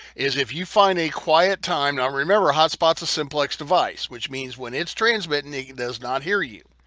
is if you find a quiet time, now remember hot spot's a simplex device, which means when it's transmitting, it does not here you,